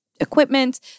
equipment